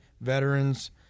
veterans